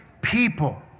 people